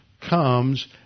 comes